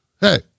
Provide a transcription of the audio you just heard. Hey